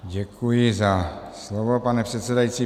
Děkuji za slovo, pane předsedající.